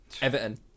Everton